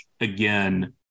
again